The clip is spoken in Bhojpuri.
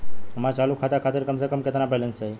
हमरे चालू खाता खातिर कम से कम केतना बैलैंस चाही?